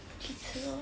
去吃 lor